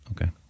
Okay